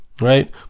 Right